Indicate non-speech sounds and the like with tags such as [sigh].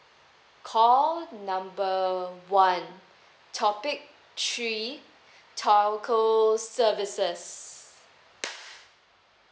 call number one topic three telco services [noise]